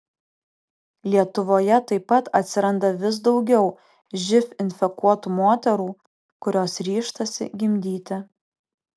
lietuvoje taip pat atsiranda vis daugiau živ infekuotų moterų kurios ryžtasi gimdyti